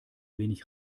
wenig